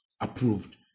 approved